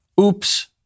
Oops